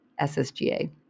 ssga